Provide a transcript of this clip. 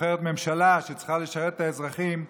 שבוחרת ממשלה שצריכה לשרת את האזרחים,